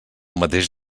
mateix